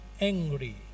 angry